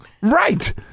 Right